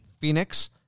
Phoenix